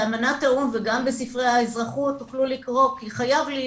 באמנת האו"ם וגם בספרי האזרחות תוכלו לקרוא כי חייב להיות